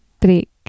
break